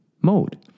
mode